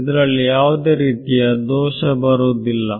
ಇದರಲ್ಲಿ ಯಾವುದೇ ರೀತಿಯ ದೋಷ ಬರುವುದಿಲ್ಲ